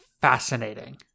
Fascinating